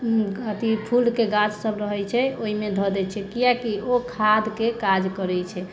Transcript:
अथि फूलके गाछ सभ रहैत छै ओहिमे धऽ दै छियै किआकि ओ खाद्यके काज करैत छै